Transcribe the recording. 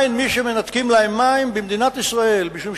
שעדיין מי שמנתקים להם מים במדינת ישראל משום